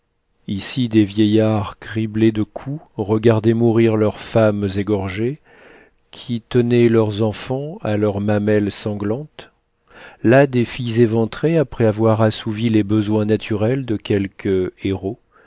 ici des vieillards criblés de coups regardaient mourir leurs femmes égorgées qui tenaient leurs enfants à leurs mamelles sanglantes là des filles éventrées après avoir assouvi les besoins naturels de quelques héros